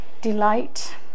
Delight